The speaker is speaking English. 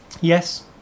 Yes